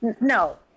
No